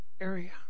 area